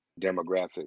demographic